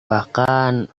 bahkan